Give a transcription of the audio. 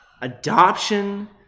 adoption